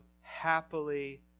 happily